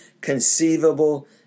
conceivable